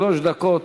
שלוש דקות,